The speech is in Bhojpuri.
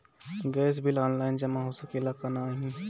गैस बिल ऑनलाइन जमा हो सकेला का नाहीं?